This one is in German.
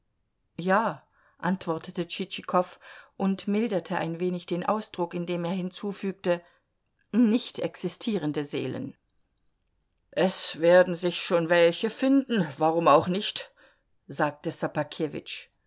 ja antwortete tschitschikow und milderte ein wenig den ausdruck indem er hinzufügte nichtexistierende seelen es werden sich schon welche finden warum auch nicht sagte